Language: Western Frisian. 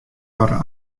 foar